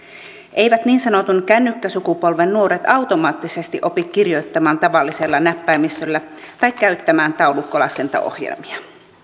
eivät niin sanotun kännykkäsukupolven nuoret automaattisesti opi kirjoittamaan tavallisella näppäimistöllä tai käyttämään taulukkolaskentaohjelmia